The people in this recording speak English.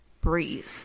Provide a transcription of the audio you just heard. breathe